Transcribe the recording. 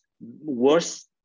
worse